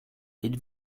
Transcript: êtes